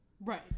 right